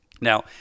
now